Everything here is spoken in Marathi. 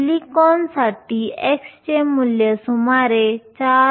सिलिकॉनसाठी χ चे मूल्य सुमारे 4